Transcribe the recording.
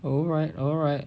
alright alright